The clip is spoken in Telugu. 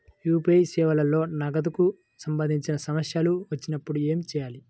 యూ.పీ.ఐ సేవలలో నగదుకు సంబంధించిన సమస్యలు వచ్చినప్పుడు ఏమి చేయాలి?